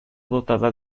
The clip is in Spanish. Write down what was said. dotada